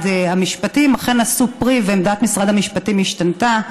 המשפטים אכן נשאו פרי ועמדת משרד המשפטים השתנתה,